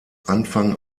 anfang